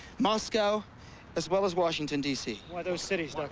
moscow as well as washington, d c. why those cities, like